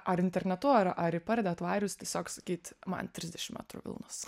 ar internetu ar ar į pardę atvarius tiesiog sakyt man trisdešim metrų vilnos